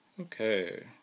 Okay